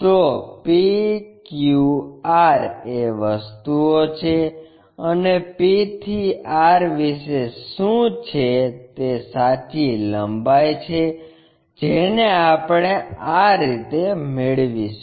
તો p q r એ વસ્તુઓ છે અને p થી r વિશે શું છે તે સાચી લંબાઈ છે જેને આપણે આ રીતે મેળવીશું